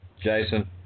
Jason